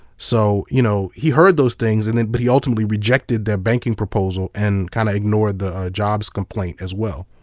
so, you know, he heard those things and and but he ultimately rejected their banking proposal and kind of ignored their jobs complaint as well.